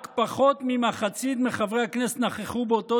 רק פחות ממחצית מחברי הכנסת נכחו באותו